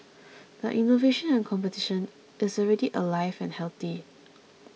but innovation and competition is already alive and healthy